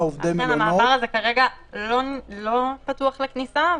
המעבר הזה כרגע לא פתוח לכניסה.